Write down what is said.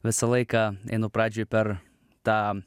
visą laiką einu pradžioj per tą